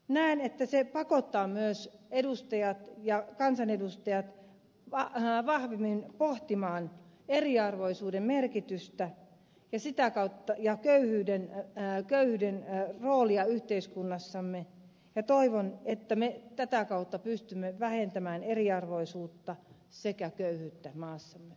näen että se pakottaa myös edustajat ja kansanedustajat vahvemmin pohtimaan eriarvoisuuden merkitystä ja köyhyyden roolia yhteiskunnassamme ja toivon että me tätä kautta pystymme vähentämään eriarvoisuutta sekä köyhyyttä maassamme